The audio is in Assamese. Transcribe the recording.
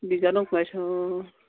বিজ্ঞানত পাইছে অ